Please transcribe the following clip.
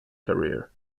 career